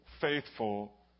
faithful